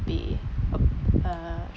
be ab~ uh